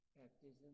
baptism